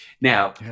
Now